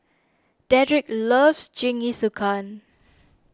Dedrick loves Jingisukan